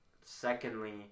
Secondly